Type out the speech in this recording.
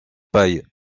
paille